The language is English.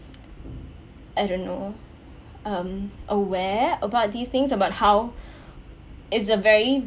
I don't know um aware about these things about how it's a very